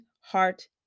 heart